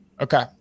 Okay